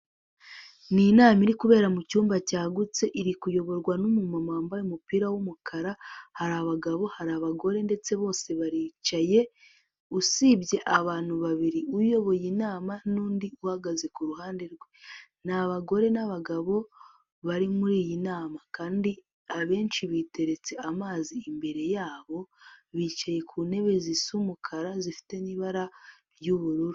Ni inama iri kubera mu cyumba cyagutse iri kuyoborwa n'umuntu wambaye umupira w'umukara, hari abagabo, hari abagore ndetse bose baricaye usibye abantu babiri, uyoboye inama n'undi uhagaze ku ruhande rwe, ni abagore n'abagabo bari muri iyi nama kandi abenshi biteretse amazi imbere yabo bicaye ku ntebe zisa umukara zifite n'ibara ry'ubururu.